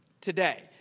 today